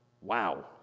Wow